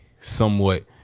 somewhat